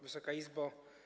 Wysoka Izbo!